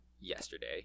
yesterday